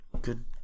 Good